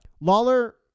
Lawler